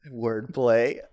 wordplay